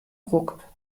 ruck